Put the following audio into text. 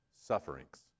sufferings